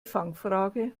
fangfrage